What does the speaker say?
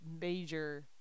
major